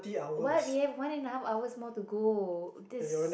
why we have one and half hours more to go this